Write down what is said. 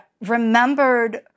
remembered